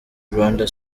rwanda